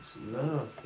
No